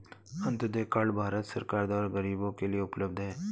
Antyodaya card Bharat सरकार द्वारा गरीबो के लिए उपलब्ध है